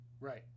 Right